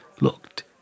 looked